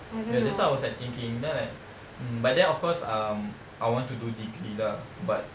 ya that's why I was like thinking then like hmm but then of course um I want to do degree lah but